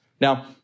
Now